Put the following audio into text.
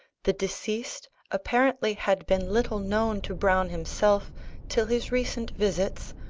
the deceased apparently had been little known to browne himself till his recent visits,